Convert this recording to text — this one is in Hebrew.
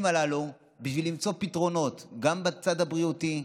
הללו בשביל למצוא פתרונות גם בצד הבריאותי,